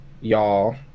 y'all